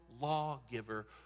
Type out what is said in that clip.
lawgiver